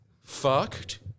fucked